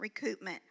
recoupment